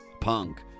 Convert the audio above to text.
punk